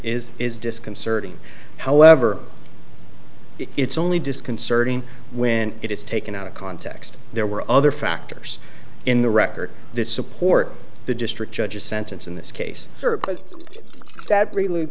is is disconcerting however it's only disconcerting when it is taken out of context there were other factors in the record that support the district judge's sentence in this case sir but that really